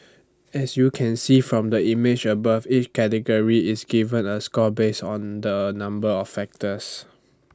as you can see from the image above each category is given A score based the A number of factors